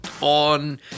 on